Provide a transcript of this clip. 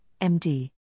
MD